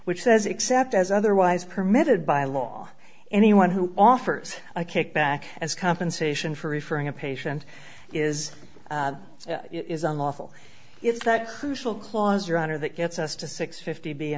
which says except as otherwise permitted by law anyone who offers a kickback as compensation for referring a patient is it is unlawful if that crucial clause your honor that gets us to six